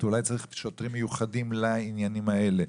אולי צריכים שוטרים מיוחדים לעניינים האלה.